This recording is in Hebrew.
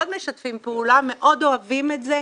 מאוד משתפים פעולה, מאוד אוהבים את זה.